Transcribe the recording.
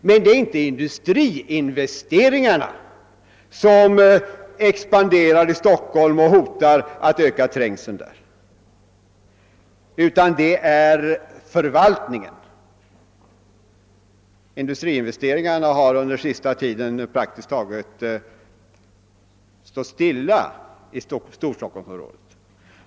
Men det är inte industriinvesteringarna som expanderar i Stockholm och hotar att öka trängseln där, utan det är förvaltningen. Industriinvesteringarna har under senaste tiden praktiskt taget legat stilla i Storstockholmsområdet.